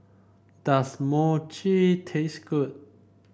does Mochi taste good